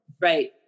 Right